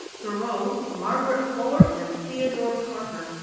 thoreau, margaret fuller, and theodore parker,